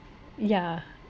yeah